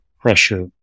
pressure